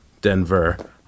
Denver